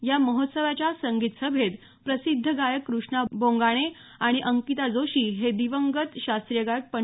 या महोत्सवाच्या संगीत सभेत प्रसिद्ध गायक क्रष्णा बोंगाणे आणि अंकिता जोशी हे दिवंगत शास्त्रीय गायक पं